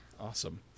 Awesome